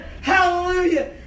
Hallelujah